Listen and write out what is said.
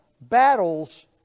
battles